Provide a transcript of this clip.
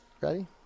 Ready